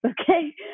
Okay